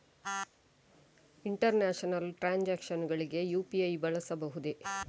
International transactions ಗಳಿಗೆ UPI ಬಳಸಬಹುದೇ?